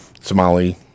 Somali